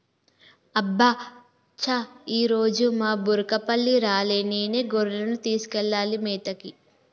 అబ్బ చా ఈరోజు మా బుర్రకపల్లి రాలే నేనే గొర్రెలను తీసుకెళ్లాలి మేతకి